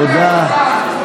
תודה.